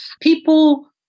People